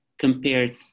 compared